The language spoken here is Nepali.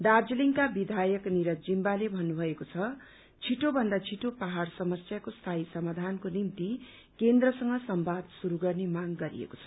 दार्जीलिङ विधयक निरज जिम्बाले भन्नुभएको छ छिटोभन्दा छिटो पहाड़ समस्याको स्थायी समाधानको निम्ति केन्द्रसँग संवाद शुरू गर्ने माग गरिएको छ